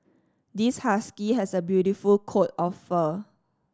this husky has a beautiful coat of fur